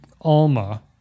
Alma